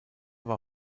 war